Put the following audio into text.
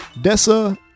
Dessa